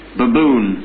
baboon